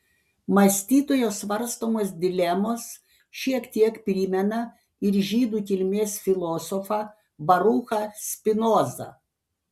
mąstytojo svarstomos dilemos šiek tiek primena ir žydų kilmės filosofą baruchą spinozą